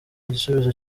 igisubizo